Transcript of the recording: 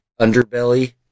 underbelly